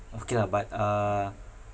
okay lah but uh